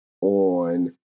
on